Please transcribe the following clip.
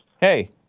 Hey